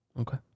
Okay